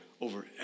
over